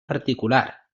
particular